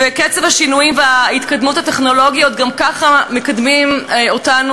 וקצב השינויים וההתקדמות הטכנולוגית גם ככה מקדימים אותנו,